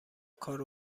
کار